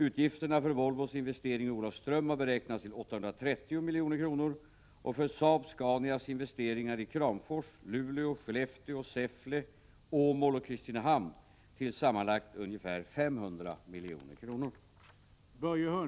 Utgifterna för Volvos investering i Olofström har beräknats till 830 milj.kr. och för Saab-Scanias investeringar i Kramfors, Luleå, Skellefteå, Säffle, Åmål och Kristinehamn till sammanlagt ungefär 500 milj.kr.